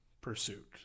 pursuit